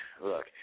look